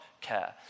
care